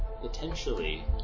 potentially